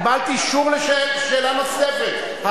קיבלת אישור לשאלה נוספת.